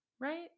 Right